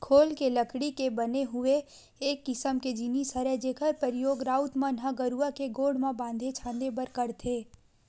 खोल ह लकड़ी के बने हुए एक किसम के जिनिस हरय जेखर परियोग राउत मन ह गरूवा के गोड़ म बांधे छांदे बर करथे